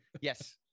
Yes